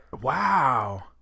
Wow